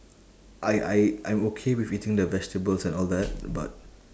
I I I'm okay with eating the vegetables and all that but